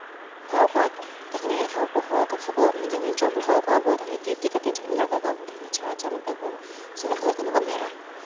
ᱦᱚᱦᱚ ᱠᱚᱣᱟᱵᱚᱱ ᱛᱚᱠᱷᱚᱱ ᱦᱚᱦᱚ ᱠᱟᱛᱮᱜ ᱦᱚᱸ ᱡᱟᱱᱮ ᱡᱚᱢ ᱞᱟᱦ ᱠᱚᱣᱟᱵᱚᱱ ᱛᱟᱦᱚᱞᱮ ᱛᱤ ᱛᱤ ᱠᱟᱛᱮᱜ ᱡᱚᱠᱷᱚᱱ ᱞᱟᱜᱟ ᱠᱚᱣᱟᱵᱚᱱ ᱛᱚᱠᱷᱚᱱ ᱪᱷᱟ ᱪᱷᱟ ᱢᱮᱛᱟ ᱠᱚᱣᱟᱵᱚᱱ ᱪᱮᱫ ᱞᱮᱠᱟ ᱦᱩᱭᱩᱜ ᱠᱟᱱᱟ ᱠᱚ ᱢᱮᱨᱚᱢ